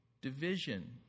division